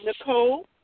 Nicole